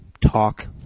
talk